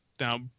now